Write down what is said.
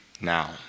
now